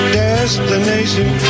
destination